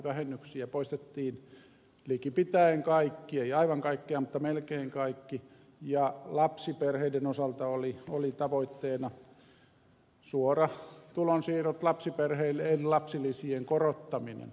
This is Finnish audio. vähennyksistä poistettiin likipitäen kaikki ei aivan kaikkia mutta melkein kaikki ja lapsiperheiden osalta oli tavoitteena suorat tulonsiirrot lapsiperheille eli lapsilisien korottaminen